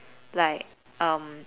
like um